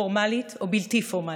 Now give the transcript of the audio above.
פורמלית או בלתי פורמלית.